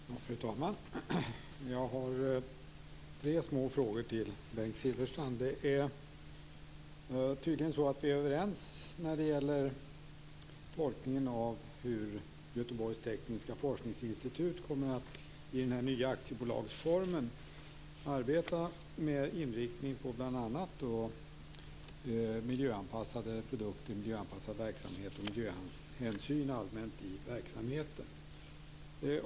Fru talman! Jag har tre små frågor till Bengt Silfverstrand. Vi är tydligen överens om tolkningen av hur Göteborgs tekniska forskningsinstitut i den nya aktiebolagsformen skall arbeta, med inriktning på bl.a. miljöanpassade produkter och miljöhänsyn allmänt i verksamheten.